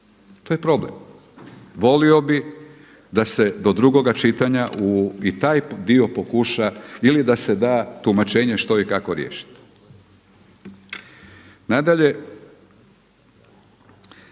To je problem. Volio bih da se do drugoga čitanja i taj dio pokuša ili da se da tumačenje što i kako riješiti. Nadalje,